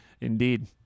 Indeed